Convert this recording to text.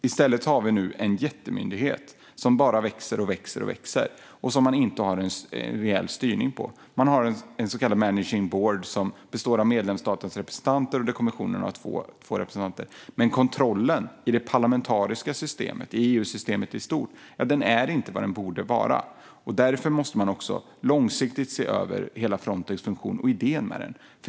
I stället har vi nu en jättemyndighet som bara växer och växer och som man inte har en reell styrning av. Man har en så kallad managing board som består av medlemsstatens representanter och där kommissionen har två representanter. Men kontrollen i det parlamentariska systemet och EU-systemet i stort är inte vad den borde vara. Därför måste man också långsiktigt se över hela Frontex funktion och idén med den.